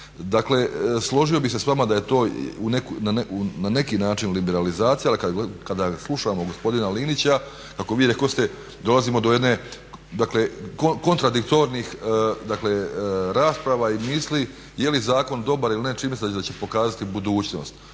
Dakle, složio bih se s vama da je to na neki način liberalizacija ali kada slušamo gospodina Linića kako vi rekoste dolazimo do jedne, dakle kontradiktornih rasprava i misli je li zakon dobar il ne. Čini mi se da će pokazati budućnost.